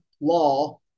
law